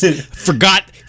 forgot